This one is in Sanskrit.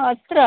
अत्र